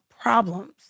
problems